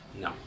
No